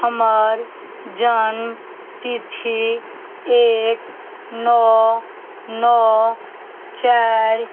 हमर जन्मतिथि एक नओ नओ चारि